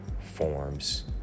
forms